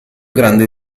grande